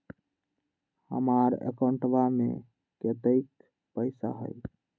हमार अकाउंटवा में कतेइक पैसा हई?